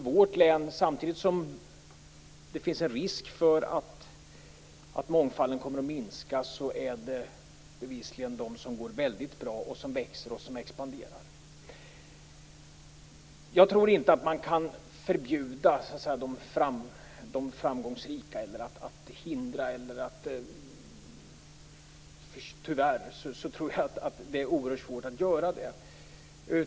Samtidigt som det i vårt län finns en risk att mångfalden kommer att minska finns det bevisligen de som går väldigt bra, som växer och expanderar. Jag tror inte att man kan förbjuda eller hindra de framgångsrika. Tyvärr tror jag att det är oerhört svårt att göra det.